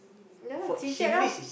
ya chit-chat lah